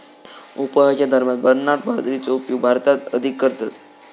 उपवासाच्या दरम्यान बरनार्ड बाजरीचो उपयोग भारतात अधिक करतत